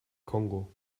kongo